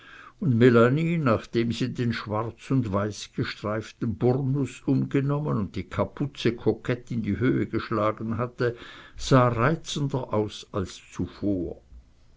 und melanie nachdem sie den schwarz und weißgestreiften burnus umgenommen und die kapuze kokett in die höhe geschlagen hatte sah reizender aus als zuvor